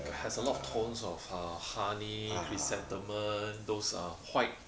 it has a lot of tones of err honey chrysanthemum those uh white